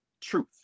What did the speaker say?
truth